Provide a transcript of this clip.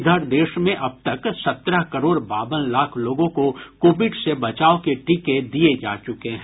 इधर देश में अब तक सत्रह करोड़ बावन लाख लोगों को कोविड से बचाव के टीके दिये जा चुके हैं